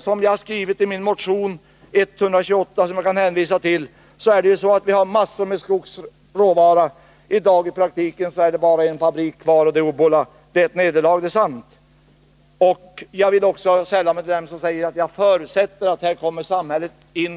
Som jag skrivit i min motion 128, som jag kan hänvisa till, har vi massor med skogsråvara. Men i dag är det i praktiken bara en fabrik kvar: Obbola. Det är ett nederlag — det är sant. Jag vill också sälla mig till dem som säger: Vi förutsätter att samhället här kommer in